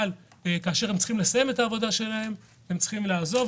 אבל כאשר הם צריכים לסיים את העבודה שלהם הם צריכים לעזוב.